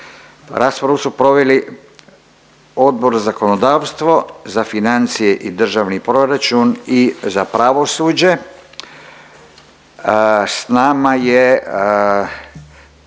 Raspravu su proveli Odbor za zakonodavstvo, za financije i državni proračun i za pravosuđe. S nama je